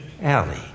alley